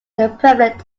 prevalent